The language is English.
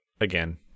again